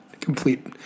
Complete